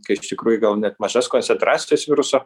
kai iš tikrųjų gal net mažas koncentracijas viruso